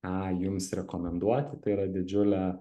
ką jums rekomenduoti tai yra didžiulė